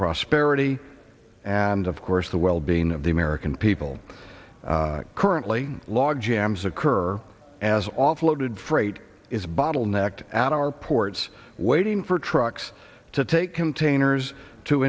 prosperity and of course the wellbeing of the american people currently log jams occur as offloaded freight is bottlenecked at our ports waiting for trucks to take containers t